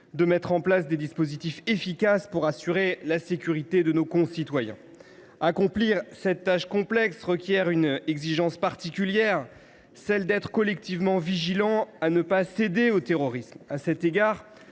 de mettre en place des dispositifs efficaces pour assurer la sécurité de nos concitoyens. Cette tâche complexe requiert une exigence particulière : veiller collectivement à ne pas céder au terrorisme. À cet égard,